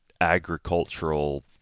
agricultural